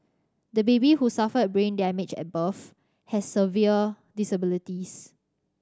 the baby who suffered brain damage at birth has severe disabilities